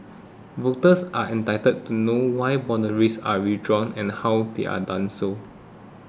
voters are entitled to know why boundaries are redrawn and how they are done so